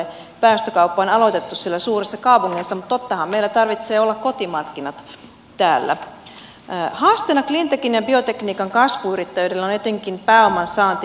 päästökauppa on aloitettu siellä suurissa kaupungeissa mutta tottahan meillä tarvitsee olla kotimarkkinat täällä haasteena cleantechin ja biotekniikan kasvuyrittäjyydelle on etenkin pääoman saanti markkinoilta